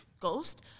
ghost